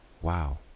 Wow